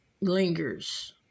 lingers